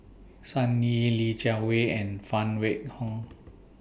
Sun Yee Li Jiawei and Phan Wait Hong